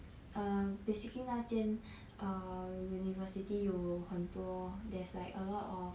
um basically 那间 university 有很多 there's like a lot of